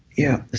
yeah.